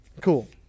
cool